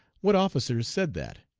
what officers said that?